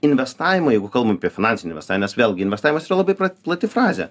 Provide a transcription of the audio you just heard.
investavimai jeigu kalbam apie finansinį investavimą nes vėlgi investavimas yra labai plati frazė